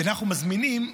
ואנחנו מזמינים,